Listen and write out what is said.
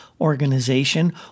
organization